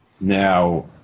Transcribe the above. Now